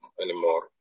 anymore